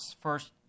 first